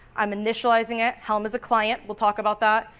um initializing it, helm is a client, we'll talk about that.